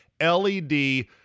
LED